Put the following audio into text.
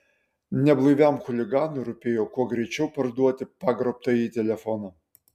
neblaiviam chuliganui rūpėjo kuo greičiau parduoti pagrobtąjį telefoną